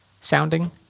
sounding